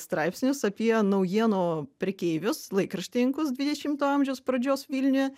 straipsnius apie naujienų prekeivius laikraštininkus dvidešimto amžiaus pradžios vilniuje